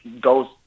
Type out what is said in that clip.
goes